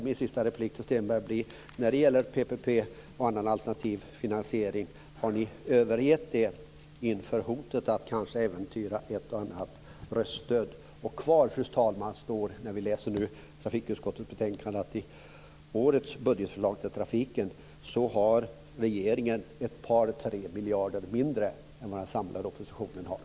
Min sista fråga till Hans Stenberg gäller PPP och annan alternativ finansiering. Har ni övergett tanken på en sådan inför hotet av att ett och annat röststöd därigenom äventyras? Fru talman! Kvar står när vi nu läser trafikutskottets betänkande att regeringen i årets förslag till budget för trafiken har ett par tre miljarder mindre än vad den samlade oppositionen har.